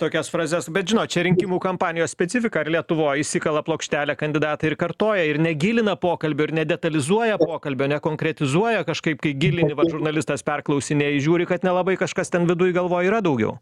tokias frazes bet žinot čia rinkimų kampanijos specifika ir lietuvoj įsikala plokštelę kandidatai ir kartoja ir negilina pokalbių ir nedetalizuoja pokalbio nekonkretizuoja kažkaip kai gilini va žurnalistas perklausinėji žiūri kad nelabai kažkas ten viduj galvoj yra daugiau